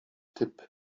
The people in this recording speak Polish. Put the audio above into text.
typ